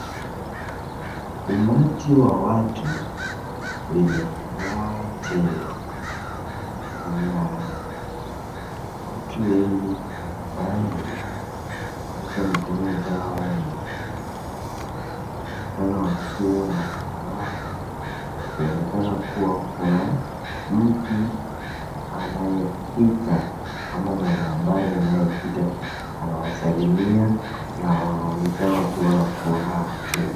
Umati wa watu wenye furaha tele. Kuna watu wengi ambayo wanaweka mikono zao na wanaonekana wakiwa na furaha kuonekana kuwa kuna mtu anayepita ama mwanahabari anayepita anawasalimia na wanaonekana wakiwa na furaha tele.